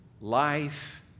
life